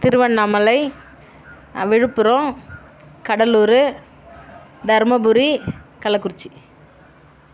Tiruvannamalai Viluppuram Cuddalore Dharmapuri Kallakurichi